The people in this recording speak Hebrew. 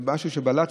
זה משהו שבלט,